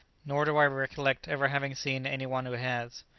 nor do i recollect ever having seen any one who has.